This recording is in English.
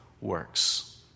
works